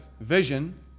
vision